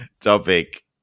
topic